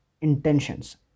intentions